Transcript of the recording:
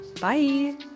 bye